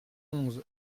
onze